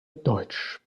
deutsch